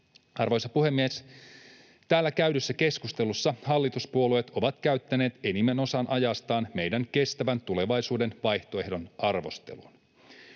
Arvoisa puhemies! Täällä käydyssä keskustelussa hallituspuolueet ovat käyttäneet enimmän osan ajastaan meidän kestävän tulevaisuuden vaihtoehdon arvosteluun.